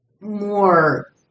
more